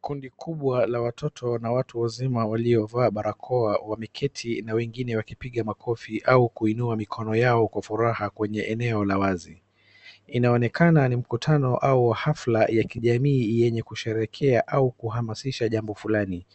Kundi kubwa la watoto na watu wazima waliovaa barakoa wameketi na wengine wanapga makofi au kuinua mikono yao kwa furaha kwenye eneo la wazi. Inaonekana ni mkutano au hafla ya kijamii yenye kusherekea au kuhamasisha jambo fulani,